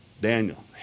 Daniel